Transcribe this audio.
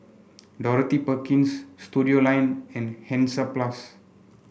Dorothy Perkins Studioline and Hansaplast